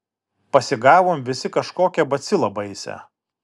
pasigavom visi kažkokią bacilą baisią